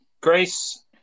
Grace